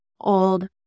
old